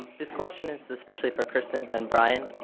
this question is especially for kristin and bryan.